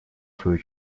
свою